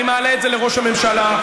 אני מעלה את זה לראש הממשלה,